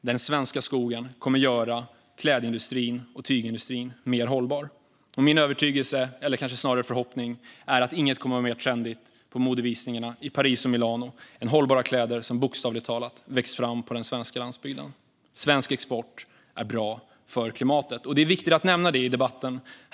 Den svenska skogen kommer att göra klädindustrin och tygindustrin mer hållbar. Min förhoppning är att ingenting kommer att vara mer trendigt på modevisningarna i Paris och Milano än hållbara kläder som bokstavligt talat växt fram på den svenska landsbygden. Svensk export är bra för klimatet. Det är viktigt att nämna detta i debatten.